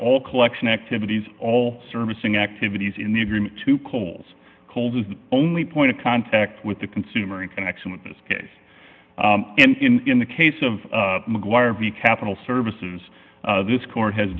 all collection activities all servicing activities in the agreement to coles cold is the only point of contact with the consumer in connection with this case and in the case of mcguire v capital services this court has